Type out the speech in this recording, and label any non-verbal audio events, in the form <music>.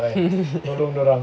<laughs>